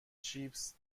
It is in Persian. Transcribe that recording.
چیپس